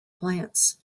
plants